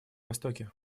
востоке